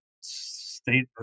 state